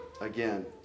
again